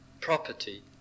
property